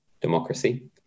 democracy